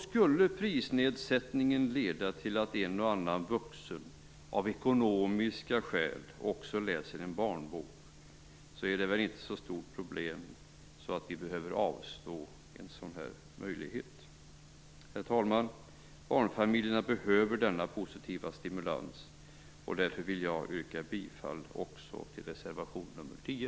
Skulle prisnedsättningen leda till att en och annan vuxen av ekonomiska skäl också läser en barnbok är det väl inte ett så stort problem att vi behöver avstå en sådan här möjlighet. Herr talman! Barnfamiljerna behöver denna positiva stimulans, och därför vill jag yrka bifall också till reservation nr 10.